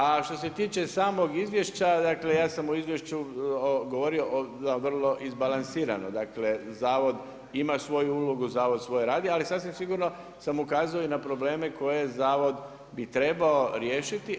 A što se tiče samog izvješća, dakle ja sam u izvješću govorio, vrlo izbalansirano, dakle zavod ima svoju ulogu, zavod svoje radi ali sasvim sigurno sam ukazano i na probleme koje zavod bi trebao riješiti.